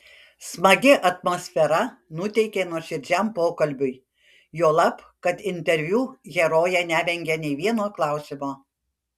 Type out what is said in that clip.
smagi atmosfera nuteikė nuoširdžiam pokalbiui juolab kad interviu herojė nevengė nė vieno klausimo